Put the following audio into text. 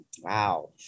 Wow